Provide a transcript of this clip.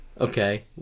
Okay